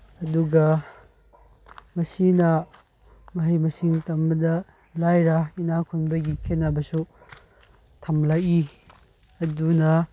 ꯑꯗꯨꯒ ꯃꯁꯤꯅ ꯃꯍꯩ ꯃꯁꯤꯡ ꯇꯝꯕꯗ ꯂꯥꯏꯔ ꯏꯅꯥꯈꯨꯟꯕꯒꯤ ꯈꯦꯠꯅꯕꯁꯨ ꯊꯝꯂꯛꯏ ꯑꯗꯨꯅ